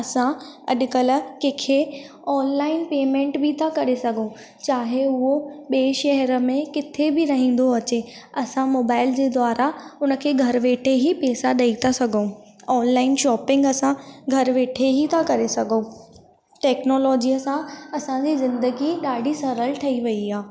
असां अॼुकल्ह कंहिंखे ऑनलाइन पेमेंट बि था करे सघूं चाहे उहो ॿिए शहर में किथे बि रहंदो अचे असां मोबाइल जे द्वारां उन खे घरु वेठे ई पैसा ॾेई था सघूं ऑनलाइन शॉपिंग असां घरु वेठे ई था करे सघूं टेक्नोलॉजीअ सां असां जी ज़िंदगी ॾाढी सरल ठही वई आहे